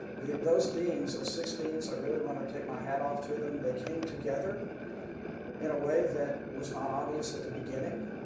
those dean's, the six dean's, i really want to take my hat off to them. they came together in a way that was not obvious at the beginning,